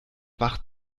wach